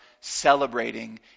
celebrating